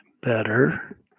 better